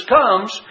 comes